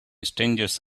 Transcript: strangers